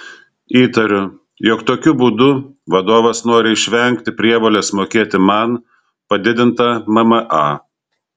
įtariu jog tokiu būdu vadovas nori išvengti prievolės mokėti man padidintą mma